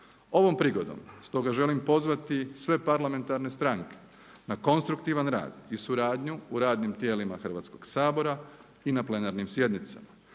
Ovom prigodom stoga želim pozvati sve parlamentarne stranke na konstruktivan rad i suradnju u radnim tijelima Hrvatskog sabora i na plenarnim sjednicama.